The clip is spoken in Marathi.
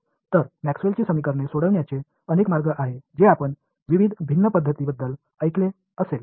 तर मॅक्सवेलची समीकरणे सोडवण्याचे अनेक मार्ग आहेत जे आपण विविध भिन्न पद्धतींबद्दल ऐकले असेल